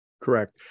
correct